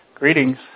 Greetings